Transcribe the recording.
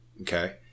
Okay